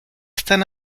están